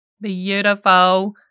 Beautiful